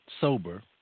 sober